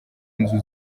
nzu